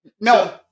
No